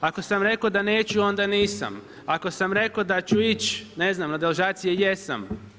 Ako sam rekao da neću onda nisam, ako sam rekao da ću ići ne znam, na deložacije, jesam.